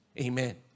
Amen